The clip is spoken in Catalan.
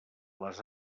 les